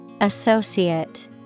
Associate